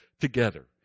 together